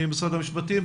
ממשרד המשפטים,